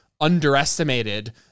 underestimated